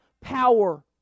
power